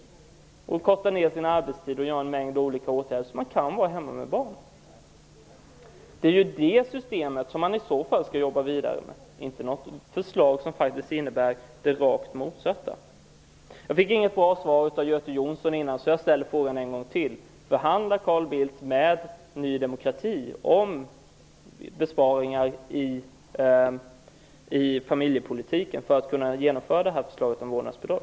Man har kunnat korta ned sin arbetstid och vidta en mängd olika åtgärder för att vara hemma med barnen. Det är det systemet som man i så fall skall jobba vidare med, inte ett förslag som faktiskt innebär det rakt motsatta. Jag fick inget bra svar av Göte Jonsson tidigare, så jag ställer frågan en gång till: Förhandlar Carl Bildt med Ny demokrati om besparingar i familjepolitiken för att kunna genomföra förslaget om vårdnadsbidrag?